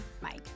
Mike